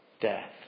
death